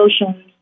emotions